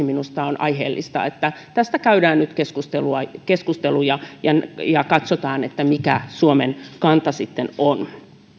minusta on aiheellista että tästä käydään nyt keskusteluja ja ja katsotaan mikä suomen kanta sitten on